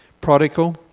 prodigal